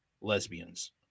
lesbians